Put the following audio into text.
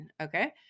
okay